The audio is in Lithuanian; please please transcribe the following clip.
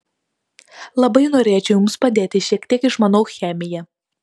labai norėčiau jums padėti šiek tiek išmanau chemiją